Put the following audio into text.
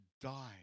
die